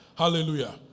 Hallelujah